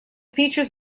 features